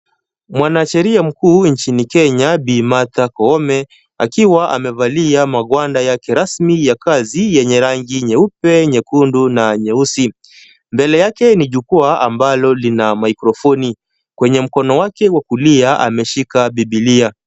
Mwanasheria mkuu nchini Kenya Bi. Martha Koome, akiwa amevalia magwanda yake rasmi ya kazi yenye rangi nyeupe, nyekundu na nyeusi. Mbele yake ni jukwaa ambalo lina mikrofoni. Kwenye mkono wake wa kulia ameshika Biblia.